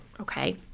Okay